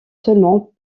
seulement